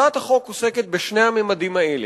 הצעת החוק עוסקת בשני הממדים האלה,